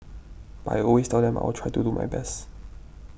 but I always tell them I will try to do my best